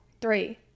Three